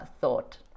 thought